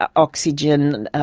ah oxygen, and